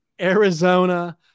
Arizona